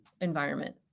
environment